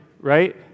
right